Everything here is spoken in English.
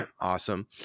awesome